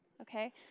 Okay